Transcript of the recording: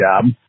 job